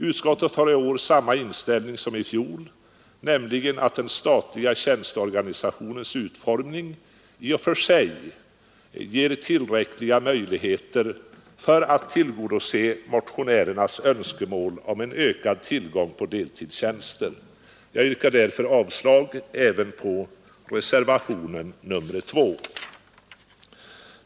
Utskottet har i år samma inställning som i fjol, nämligen att den statliga tjänsteorganisationens utformning i och för sig ger tillräckliga möjligheter för att tillgodose motionärernas önskemål om ökad tillgång på deltidstjänster. Jag yrkar därför avslag även på reservationen 2.